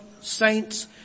saints